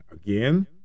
Again